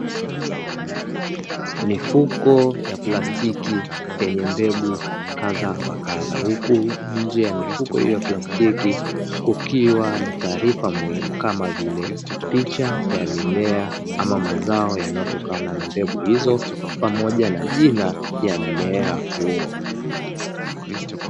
Mifuko ya plastiki yenye mbegu kadha wa kadha huku nje ya mifuko hiyo ya plastiki kukiwa na taarifa muhimu kama vile; picha ya mimea ama mazao yanayotokana na mbegu hizo pamoja na jina ya mmea huo.